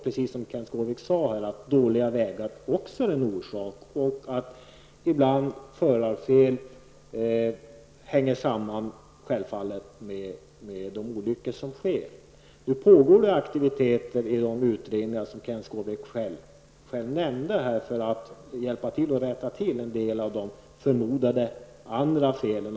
Men naturligtvis är dåliga vägar också en olycksorsak. Detsamma gäller felbeteenden hos förarna. Som Kenth Skårvik själv nämnde pågår det aktiviteter i olika utredningar för att komma till rätta med de förmodade andra felen.